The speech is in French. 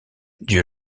dieu